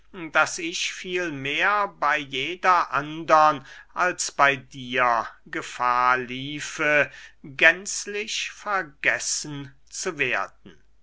daß ich vielmehr bey jeder andern als bey dir gefahr liefe gänzlich vergessen zu werden